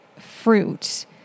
fruit